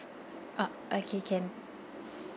uh okay can